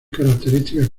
características